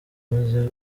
maze